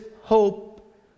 hope